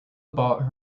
bought